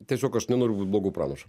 tiesiog aš nenoriu būt blogu pranašu